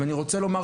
אני רוצה לומר,